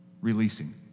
releasing